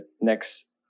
next